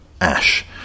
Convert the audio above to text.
ash